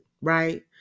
right